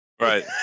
Right